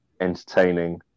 entertaining